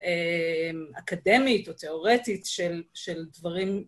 אקדמית או תיאורטית של דברים...